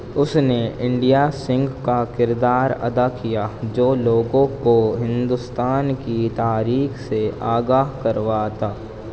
اس نے انڈیا سنگھ کا کردار ادا کیا جو لوگوں کو ہندوستان کی تاریخ سے آگاہ کرواتا